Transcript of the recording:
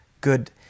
good